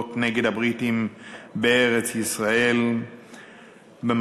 פעולות נגד הבריטים בארץ-ישראל במטרה